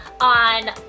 on